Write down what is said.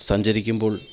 സഞ്ചരിക്കുമ്പോൾ